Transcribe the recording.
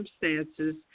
circumstances